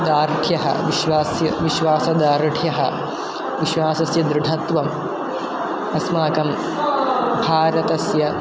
दार्ढ्यः विश्वास्य विश्वासदार्ढ्यः विश्वासस्य दृढत्वम् अस्माकं भारतस्य